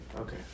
okay